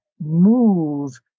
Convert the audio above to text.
move